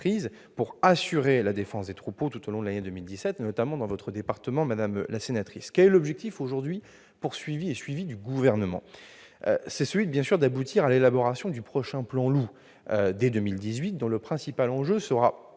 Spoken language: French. pour assurer la défense des troupeaux tout au long de l'année 2017, notamment dans votre département, madame la sénatrice. Quel est l'objectif visé par le Gouvernement ? Nous voulons aboutir à l'élaboration du prochain plan Loup dès 2018, dont le principal enjeu sera